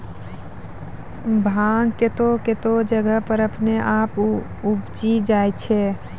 भांग कतौह कतौह जगह पर अपने आप उपजी जाय छै